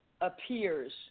appears